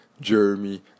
Jeremy